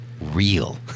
real